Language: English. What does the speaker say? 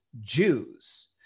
Jews